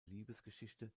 liebesgeschichte